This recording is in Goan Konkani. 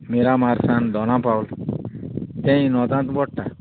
मिरामारसान दोना पावल तेंयी नोर्ताकू पोडटा